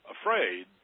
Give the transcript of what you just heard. afraid